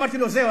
אמרתי לו: זהו,